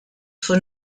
for